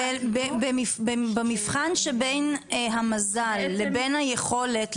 במבחן שבין המזל לבין היכולת,